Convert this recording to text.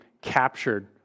captured